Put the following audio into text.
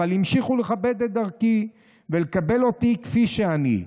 "אבל המשיכו לכבד את דרכי ולקבל אותי כפי שאני.